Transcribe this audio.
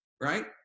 right